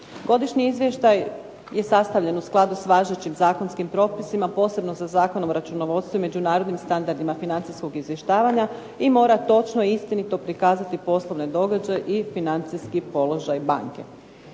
Godišnji izvještaj je sastavljen u skladu sa važećim zakonskim propisima, posebno sa Zakonom o računovodstvu i međunarodnim standardima financijskog izvještavanja, i mora točno i istinito prikazati poslovni događaj i financijski položaj banke.